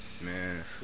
Man